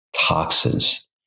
toxins